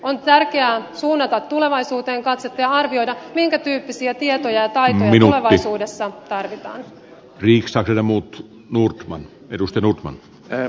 on tärkeää suunnata tulevaisuuteen katsetta ja arvioida minkä tyyppisiä tietoja ja taitoja tulevaisuudessa tarvitaan kisakylän muut murtavan edustanut van leer